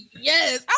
yes